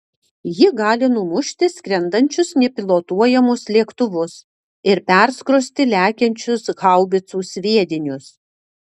ji gali numušti skrendančius nepilotuojamus lėktuvus ir perskrosti lekiančius haubicų sviedinius